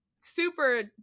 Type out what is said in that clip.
super